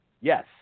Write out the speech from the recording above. Yes